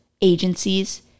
agencies